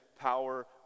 power